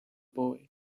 boy